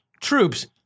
troops